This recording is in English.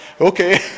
Okay